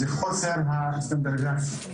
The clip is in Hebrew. זה חוסר הסטנדרטיזציה.